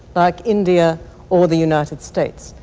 like india or the united states.